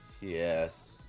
Yes